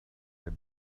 get